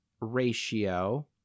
ratio